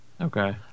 Okay